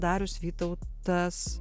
darius vytautas